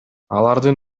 алардын